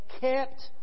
kept